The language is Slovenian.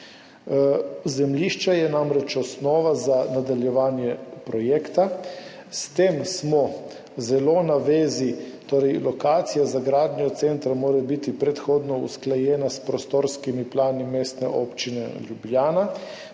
Zemljišče je namreč osnova za nadaljevanje projekta. Glede tega smo zelo na vezi, torej lokacija za gradnjo centra mora biti predhodno usklajena s prostorskimi plani Mestne občine Ljubljana.